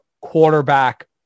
quarterback